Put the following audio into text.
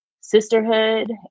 sisterhood